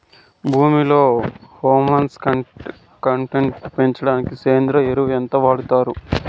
భూమిలో humus content పెంచడానికి సేంద్రియ ఎరువు ఎంత వాడుతారు